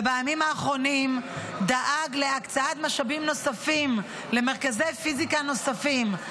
ובימים האחרונים דאג להקצאת משאבים נוספים למרכזי פיזיקה נוספים,